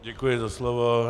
Děkuji za slovo.